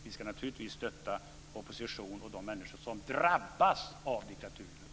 Vi ska naturligtvis stötta opposition och de människor som drabbas av diktaturerna.